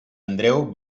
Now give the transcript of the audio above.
andreu